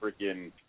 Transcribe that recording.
freaking